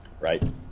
Right